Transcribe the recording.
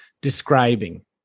describing